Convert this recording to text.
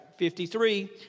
53